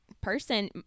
person